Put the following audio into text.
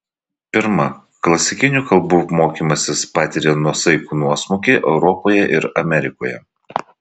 pirma klasikinių kalbų mokymasis patiria nuosaikų nuosmukį europoje ir amerikoje